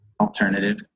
alternative